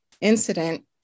incident